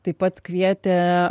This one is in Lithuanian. taip pat kvietė